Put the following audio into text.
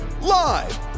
Live